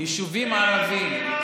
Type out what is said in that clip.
יישובים ערביים.